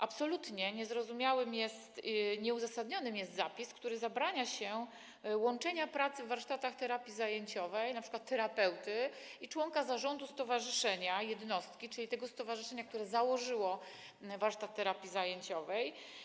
Absolutnie niezrozumiały, nieuzasadniony jest zapis, który zabrania łączenia pracy w warsztatach terapii zajęciowej, np. terapeuty, i funkcji członka zarządu stowarzyszenia jednostki, czyli tego stowarzyszenia, które założyło warsztat terapii zajęciowej.